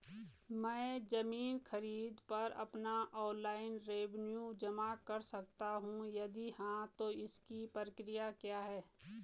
मैं ज़मीन खरीद पर अपना ऑनलाइन रेवन्यू जमा कर सकता हूँ यदि हाँ तो इसकी प्रक्रिया क्या है?